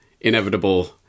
inevitable